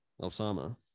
Osama